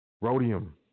rhodium